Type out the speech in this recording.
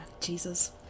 Jesus